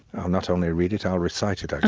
i'll not only read it, i'll recite it,